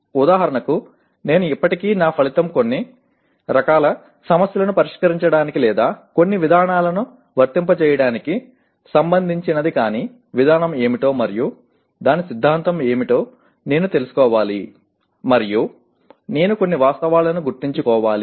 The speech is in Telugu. ఉదాహరణకు నేను ఇప్పటికీ నా ఫలితం కొన్ని రకాల సమస్యలను పరిష్కరించడానికి లేదా కొన్ని విధానాలను వర్తింపజేయడానికి సంబంధించినది కానీ విధానం ఏమిటో మరియు దాని సిద్ధాంతం ఏమిటో నేను తెలుసుకోవాలి మరియు నేను కొన్ని వాస్తవాలను గుర్తుంచుకోవాలి